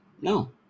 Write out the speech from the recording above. No